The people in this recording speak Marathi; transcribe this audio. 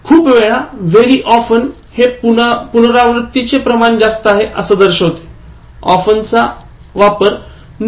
खूप वेळा Very often हे पुनरावरत्ती चे प्रमाण जास्त आहे असे दर्शवते often चा वापर नियमितपणा दर्शवतो